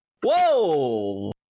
Whoa